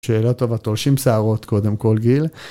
שאלה טובה, תולשים שערות קודם כל, גיל.